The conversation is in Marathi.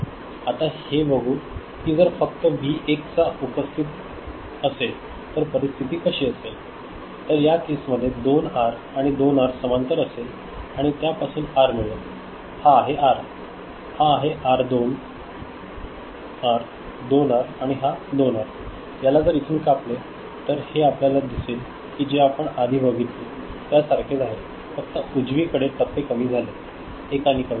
आता हे बघू की जर फक्त व्ही 1 च उपस्थित असेल तर परिस्थिती कशी असेल तर या केस मध्ये 2 आर आणि 2 आर समांतर असेल त्या पासुन आर मिळेल हा आहे आर हा आर 2 आर आणि हा 2 आर याल जर इथून कापले तर हे आपल्याला दिसेल की जे आपण आधी बघितले त्या सारखेच आहे फक्त उजवीकडे टप्पे कमी झाले आहे एकानी कमी झाले